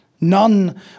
None